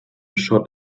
shot